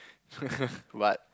but